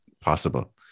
possible